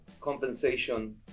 compensation